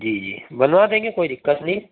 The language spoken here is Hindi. जी जी बनवा देंगे कोई दिक्कत नहीं